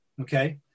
okay